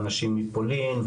ואנשים מפולין,